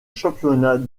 championnat